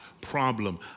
problem